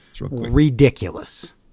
ridiculous